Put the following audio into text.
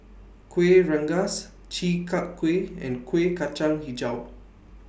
Kuih Rengas Chi Kak Kuih and Kuih Kacang Hijau